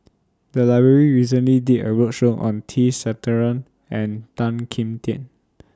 The Library recently did A roadshow on T Sasitharan and Tan Kim Tian